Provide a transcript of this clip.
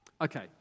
Okay